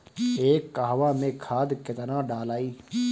एक कहवा मे खाद केतना ढालाई?